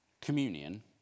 communion